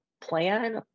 plan